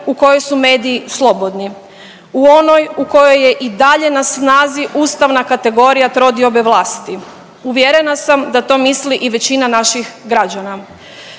u kojoj su mediji slobodni, u onoj u kojoj je i dalje na snazi ustavna kategorija trodiobe vlasti. Uvjerena sam da to misli i većina naših građana.